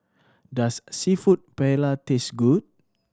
does Seafood Paella taste good